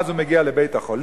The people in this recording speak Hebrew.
ואז הוא מגיע לבית-החולים,